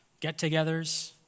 get-togethers